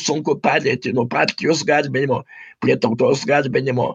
sunku pereiti nuo partijos garbinimo prie tautos garbinimo